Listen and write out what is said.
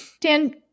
Dan